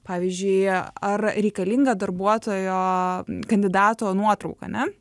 pavyzdžiui ar reikalinga darbuotojo kandidato nuotrauka ane